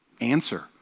answer